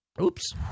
Oops